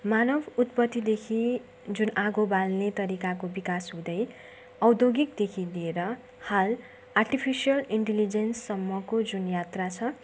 मानव उत्पत्तिदेखि जुन आगो बाल्ने तरिकाको विकास हुँदै औद्योगिकदेखि लिएर हाल आर्टिफिसियल इन्टेलिजेन्ससम्मको जुन यात्रा छ